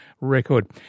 record